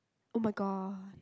!oh-my-god!